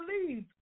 believe